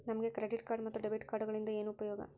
ನಮಗೆ credit card ಮತ್ತು debit ಕಾರ್ಡುಗಳಿಂದ ಏನು ಉಪಯೋಗ?